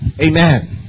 Amen